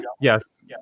yes